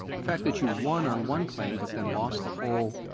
the fact that you won on one claim but then lost the whole